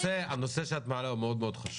הנושא שאת מעלה הוא חשוב,